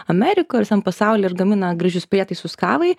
amerikoj ar visam pasauly ir gamina gražius prietaisus kavai